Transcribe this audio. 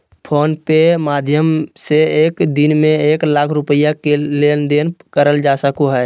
phone पे के माध्यम से एक दिन में एक लाख रुपया के लेन देन करल जा सको हय